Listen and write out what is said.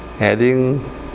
Adding